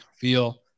feel